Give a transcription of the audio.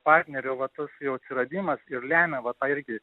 partnerio va tas jau atsiradimas ir lemia va tą irgi